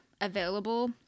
available